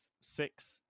six